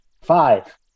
Five